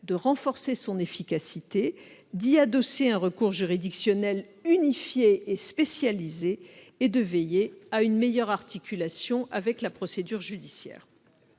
de renforcer son efficacité, d'y adosser un recours juridictionnel unifié et spécialisé et de veiller à une meilleure articulation avec la procédure judiciaire.